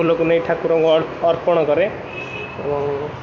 ଫୁଲକୁ ନେଇ ଠାକୁରଙ୍କୁ ଅର୍ପଣ କରେ ଏବଂ